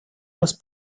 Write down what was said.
раз